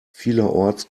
vielerorts